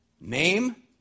Name